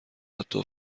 حتی